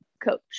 coach